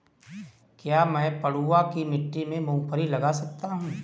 क्या मैं पडुआ की मिट्टी में मूँगफली लगा सकता हूँ?